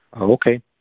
Okay